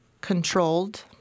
controlled